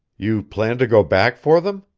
you plan to go back for them?